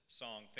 song